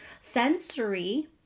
Sensory